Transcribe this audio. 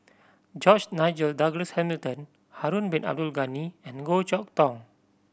George Nigel Douglas Hamilton Harun Bin Abdul Ghani and Goh Chok Tong